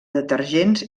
detergents